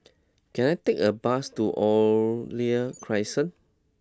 can I take a bus to Oriole Crescent